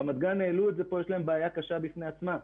רמת גן העלתה את זה כאן ויש לה בעיה קשה בפני עצמה.